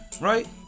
right